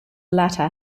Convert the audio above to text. latter